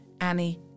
Annie